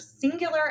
singular